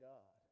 God